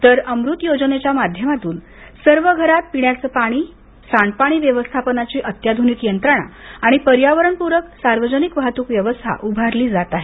तर अमृत योजनेच्या माध्यमातून सर्व घरात पिण्याच पाणी सांडपाणी व्यवस्थापनाची अत्याधुनिक यंत्रणा आणि पर्यावरणपूरक सार्वजनिक वाहतूक व्यवस्था उभारली जात आहे